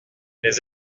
les